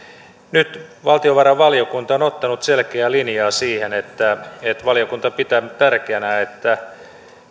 nyt valtiovarainvaliokunta on ottanut selkeän linjan siihen että että valiokunta pitää tärkeänä että